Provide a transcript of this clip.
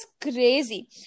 crazy